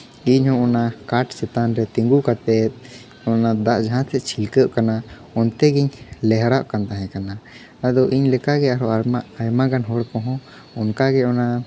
ᱤᱧ ᱦᱚᱸ ᱚᱱᱟ ᱠᱟᱴ ᱪᱮᱛᱟᱱ ᱨᱮ ᱛᱤᱸᱜᱩ ᱠᱟᱛᱮ ᱚᱱᱟ ᱫᱟᱜ ᱡᱟᱦᱟᱸ ᱥᱮᱫ ᱪᱷᱤᱠᱟᱹᱣᱜ ᱠᱟᱱᱟ ᱚᱱᱛᱮ ᱜᱮᱧ ᱞᱮᱦᱨᱟᱣᱜ ᱠᱟᱱ ᱛᱟᱦᱮᱸ ᱠᱟᱱᱟ ᱟᱫᱚ ᱤᱧ ᱞᱮᱠᱟ ᱜᱮ ᱟᱨ ᱦᱚᱸ ᱟᱭᱢᱟ ᱜᱟᱱ ᱦᱚᱲ ᱠᱚ ᱦᱚᱸ ᱚᱱᱠᱟ ᱜᱮ ᱚᱱᱟ